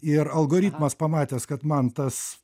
ir algoritmas pamatęs kad man tas